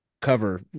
cover